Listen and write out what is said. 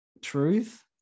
truth